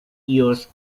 już